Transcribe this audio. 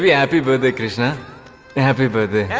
yeah happy birthday! and happy birthday